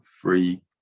free